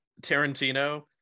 Tarantino